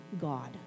God